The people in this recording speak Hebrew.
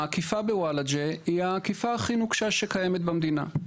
האכיפה בוולאג'ה היא האכיפה הכי נוקשה שקיימת במדינה,